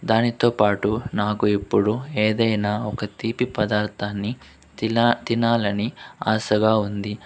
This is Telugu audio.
దానితో పాటు నాకు ఇప్పుడు ఏదైన ఒక తీపి పదార్థాన్ని తిల తినాలని ఆశగా ఉంది